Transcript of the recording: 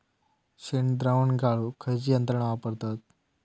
शेणद्रावण गाळूक खयची यंत्रणा वापरतत?